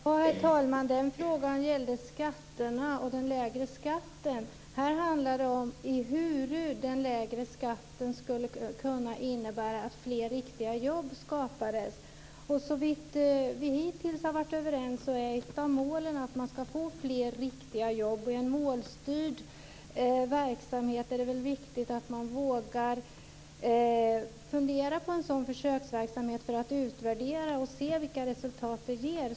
Herr talman! Den frågan gällde skatterna och den lägre skatten. Här handlar det om ehuru den lägre skatten skulle kunna innebära att fler riktiga jobb skapades. Och såvitt vi hittills har varit överens om så är ett av målen att man skall få fler riktiga jobb. Och i en målstyrd verksamhet är det väl viktigt att man vågar fundera på en sådan försöksverksamhet för att utvärdera och se vilka resultat den ger.